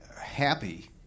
happy